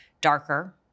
darker